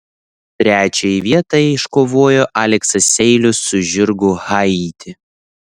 trečiąją vietą iškovojo aleksas seilius su žirgu haiti